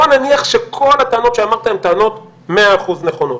בוא נניח שכל הטענות שאמרת הן טענות מאה אחוז נכונות,